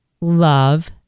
love